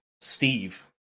Steve